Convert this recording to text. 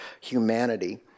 humanity